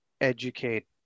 educate